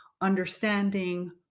understanding